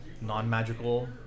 non-magical